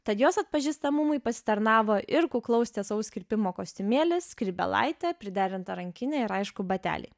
tad jos atpažįstamumui pasitarnavo ir kuklaus tiesaus kirpimo kostiumėlis skrybėlaitė priderinta rankinė ir aišku bateliai